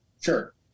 Sure